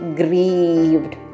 grieved